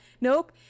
Nope